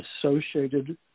associated